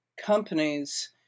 companies